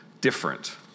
different